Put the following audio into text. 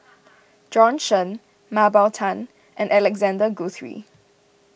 Bjorn Shen Mah Bow Tan and Alexander Guthrie